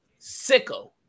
sicko